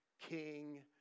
king